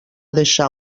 deixar